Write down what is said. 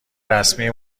رسمی